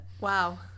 wow